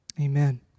Amen